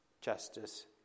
justice